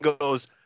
goes